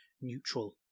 neutral